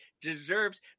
deserves